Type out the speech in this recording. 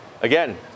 Again